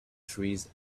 trees